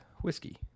whiskey